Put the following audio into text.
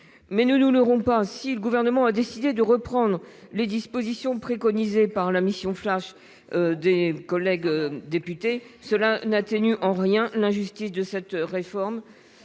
Ne nous leurrons pas : si le Gouvernement a décidé de reprendre les dispositions préconisées par la mission flash de nos collègues députés, cela n'atténue en rien l'injustice de cette réforme.